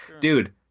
dude